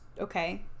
okay